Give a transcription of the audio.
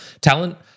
Talent